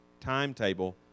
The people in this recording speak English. timetable